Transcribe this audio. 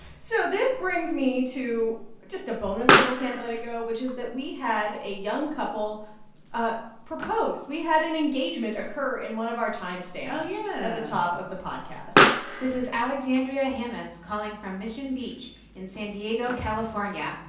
so this brings me to just a bonus little can't let it go, which is that we had a young couple ah propose. we had an engagement occur in one of our time stamps. oh, yeah. at the top of the podcast this is alexandria hammond calling from mission beach in san diego, calif, ah yeah